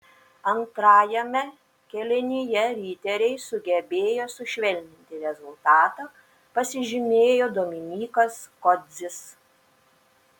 antrajame kėlinyje riteriai sugebėjo sušvelninti rezultatą pasižymėjo dominykas kodzis